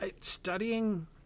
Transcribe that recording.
studying